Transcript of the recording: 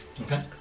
Okay